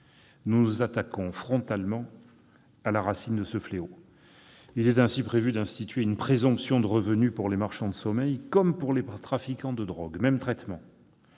Nous nous attaquons frontalement à la racine de ce fléau. Il est ainsi prévu d'instituer une présomption de revenus pour les marchands de sommeil comme pour les trafiquants de drogue ; ils seront